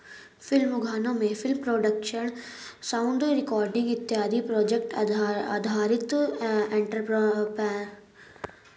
film उद्योगों में film production sound recording इत्यादि प्रोजेक्ट आधारित एंटरप्रेन्योरशिप माना जाता है